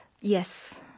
Yes